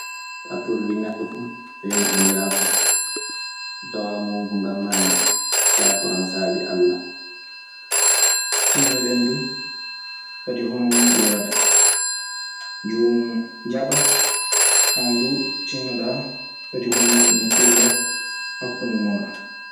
A torlii neɗɗo fu a wiyan ɗun yaafa. So tawaama wonko ngaɗmaami yaaforan sabi Alla.